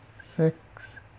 six